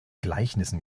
gleichnissen